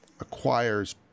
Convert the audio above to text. acquires